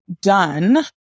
done